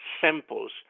samples